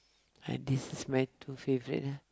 ah this is my two favourite lah